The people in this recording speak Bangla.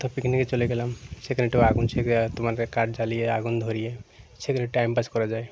কোথাও পিকনিকে চলে গেলাম সেখানে তো আগুন তোমাদেরকে কাঠ জ্বালিয়ে আগুন ধরিয়ে সেখানে টাইম পাস করা যায়